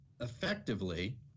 effectively